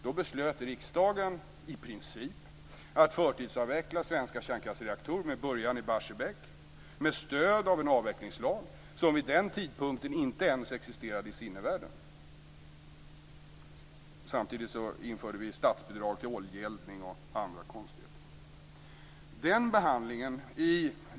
Då beslutade riksdagen i princip att förtidsavveckla svenska kärnkraftsreaktorer med början i Barsebäck med stöd av en avvecklingslag som vid den tidpunkten inte ens existerade i sinnevärlden. Samtidigt införde vi statsbidrag till oljeeldning och andra konstigheter.